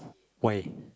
why